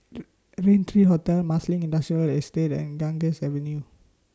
Raintr Hotel Marsiling Industrial Estate and Ganges Avenue